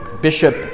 Bishop